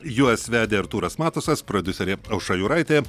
juos vedė artūras matusas prodiuserė aušra jūraitė